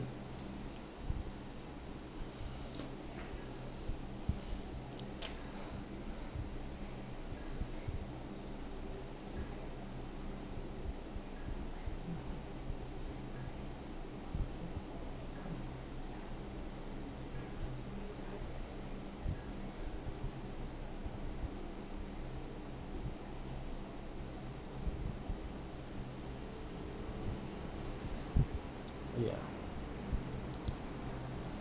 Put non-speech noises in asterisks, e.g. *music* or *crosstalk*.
*noise* uh ya